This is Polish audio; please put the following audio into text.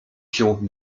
się